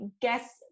guess